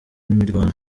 mirwano